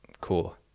cool